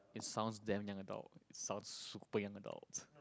it sounds damn young adult sound super young adult